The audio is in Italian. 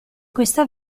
questa